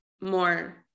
more